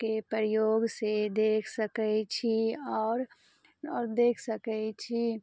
के प्रयोग सऽ देख सकैत छी आओर देख सकैत छी